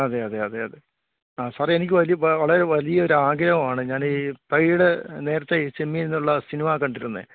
അതെ അതെ അതെ ആ സാറേ എനിക്ക് വലിയ ഉപകാ വളരെ വലിയൊരു ആഗ്രഹമാണ് ഞാനീ തകഴിയുടെ നേരത്തെ ഈ ചെമ്മീൻ എന്നുളള സിനിമ കണ്ടിരുന്നെ